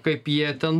kaip jie ten